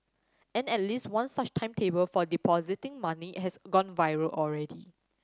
and at least one such timetable for depositing money has gone viral already